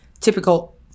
typical